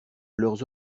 leurs